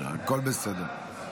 הכול בסדר.